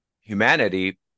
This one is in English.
humanity